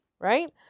right